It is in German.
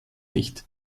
nicht